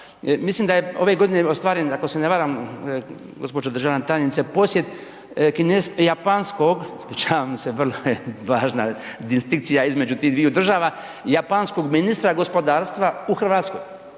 mislim da je ove godine ostvaren ako se ne varam, gospođo državna tajnice, posjet kineskog, japanskog, ispričavam se vrlo je važna distinkcija između tih dviju država, japanskog ministra gospodarstva u Hrvatsku